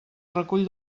recull